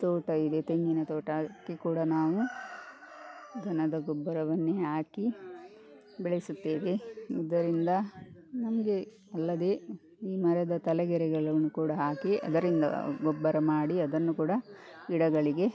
ತೋಟ ಇದೆ ತೆಂಗಿನ ತೋಟ ಅದಕ್ಕೆ ಕೂಡ ನಾವು ದನದ ಗೊಬ್ಬರವನ್ನೇ ಹಾಕಿ ಬೆಳೆಸುತ್ತೇವೆ ಇದರಿಂದ ನಮಗೆ ಅಲ್ಲದೆ ಈ ಮರದ ತಲೆಗರಿಗಳನ್ನು ಕೂಡ ಹಾಕಿ ಅದರಿಂದ ಗೊಬ್ಬರ ಮಾಡಿ ಅದನ್ನು ಕೂಡ ಗಿಡಗಳಿಗೆ